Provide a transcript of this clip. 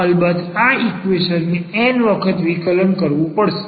અલબત્ત આ ઈક્વેશન ને n વખત વિકલન કરવું પડશે